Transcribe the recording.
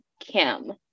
Kim